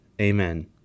Amen